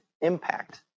impact